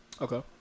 Okay